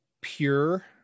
pure